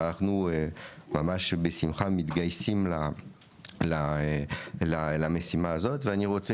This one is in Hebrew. אנחנו ממש בשמחה מתגייסים למשימה הזאת ואני רוצה